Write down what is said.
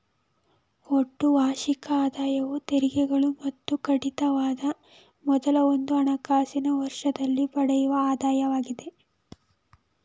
ಒಟ್ಟು ವಾರ್ಷಿಕ ಆದಾಯವು ತೆರಿಗೆಗಳು ಮತ್ತು ಕಡಿತಗಳ ಮೊದಲು ಒಂದು ಹಣಕಾಸಿನ ವರ್ಷದಲ್ಲಿ ಪಡೆಯುವ ಆದಾಯವಾಗಿದೆ